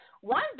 one